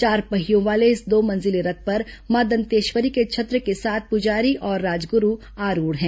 चार पहियों वाले इस दो मंजिलें रथ पर मां दंतेश्वरी के छत्र के साथ पुजारी और राजगुरू आरूढ हैं